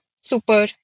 super